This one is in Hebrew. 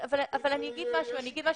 אני אגיד משהו,